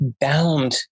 bound